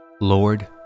Lord